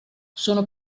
sono